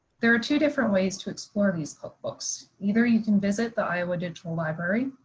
there are two different ways to explore these cookbooks. either you can visit the iowa digital library,